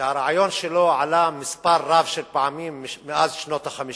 שהרעיון שלו עלה מספר רב של פעמים מאז שנות ה-50,